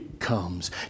Comes